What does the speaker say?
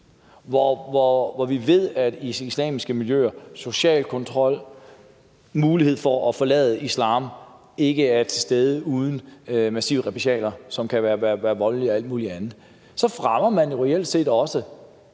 om vi ved, at der i islamiske miljøer er social kontrol, og at muligheden for at forlade islam ikke er til stede uden massive repressalier, som kan være voldelige og alt muligt andet, så fremmer man jo reelt set også